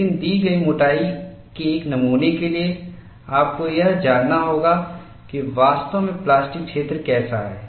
लेकिन दी गई मोटाई के एक नमूने के लिए आपको यह जानना होगा कि वास्तव में प्लास्टिक क्षेत्र कैसा है